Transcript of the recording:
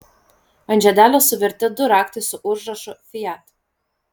ant žiedelio suverti du raktai su užrašu fiat